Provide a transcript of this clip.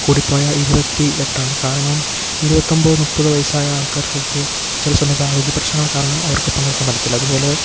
കൂടിപ്പോയാൽ ഇരുപത്തി എട്ടാണ് കാരണം ഇരുപത്തി ഒൻപത് മുപ്പത് വയസ്സായ ആൾക്കാർക്ക് ഒക്കെ ചില സമയത്ത് ആരോഗ്യ പ്രശ്നങ്ങൾ കാരണം അവർക്ക് പങ്കെടുക്കാൻ പറ്റത്തില്ല അതുപോലെ